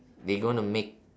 they gonna make